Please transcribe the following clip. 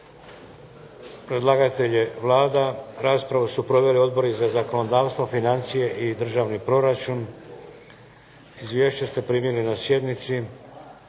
Predlagatelj je Vlada, raspravu su proveli Odbori za zakonodavstvo, financije i državni proračun. Izvješća ste primili na sjednici.